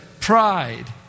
Pride